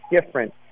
different